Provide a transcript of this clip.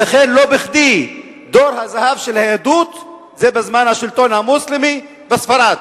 ולכן לא בכדי תור הזהב של היהדות זה בזמן השלטון המוסלמי בספרד.